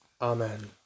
Amen